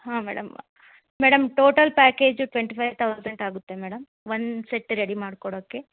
ಹಾಂ madam madam total package twenty five thousand ಆಗುತ್ತೆ madam one set ready ಮಾಡ್ಕೊಡೋಕ್ಕೆ